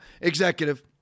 executive